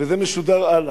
וזה משודר הלאה.